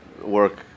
work